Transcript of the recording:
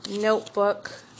notebook